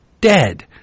dead